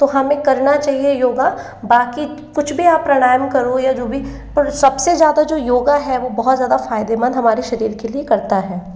तो हमें करना चाहिए योगा बाकी कुछ भी आप प्राणायाम करो या जो भी पर सबसे ज़्यादा जो योगा है वो बहुत ज़्यादा फ़ायदेमंद हमारे शरीर के लिए करता है